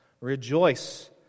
Rejoice